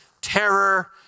terror